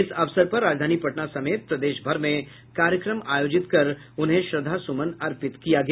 इस अवसर पर राजधानी पटना समेत प्रदेशभर में कार्यक्रम आयोजित कर उन्हें श्रद्धा सुमन अर्पित किया गया